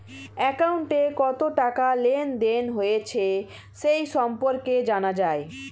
অ্যাকাউন্টে কত টাকা লেনদেন হয়েছে সে সম্পর্কে জানা যায়